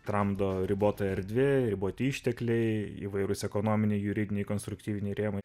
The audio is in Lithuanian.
tramdo ribota erdvė riboti ištekliai įvairūs ekonominiai juridiniai konstruktyviniai rėmai